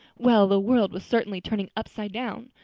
well, the world was certainly turning upside down!